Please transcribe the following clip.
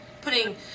putting